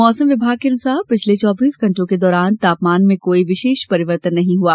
मौसम विभाग के अनुसार पिछले चौबीस घण्टे के दौरान तापमान में कोई विशेष परिवर्तन नहीं हुआ